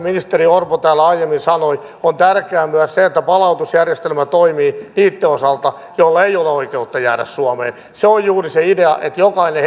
ministeri orpo täällä aiemmin sanoi on tärkeää myös se että palautusjärjestelmä toimii niitten osalta joilla ei ole oikeutta jäädä suomeen se on juuri se idea että jokainen